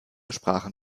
sprachen